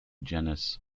genus